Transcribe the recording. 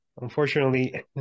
unfortunately